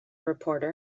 reporter